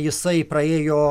ne jisai praėjo